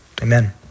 Amen